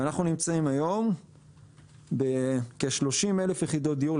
אנחנו נמצאים היום כ-30,000 יחידות דיור,